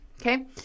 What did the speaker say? Okay